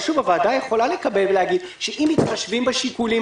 הוועדה יכולה לקבל ולהגיד שאם מתחשבים בשיקולים